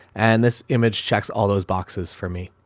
and this image checks all those boxes for me.